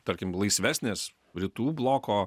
tarkim laisvesnės rytų bloko